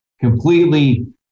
completely